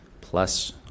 plus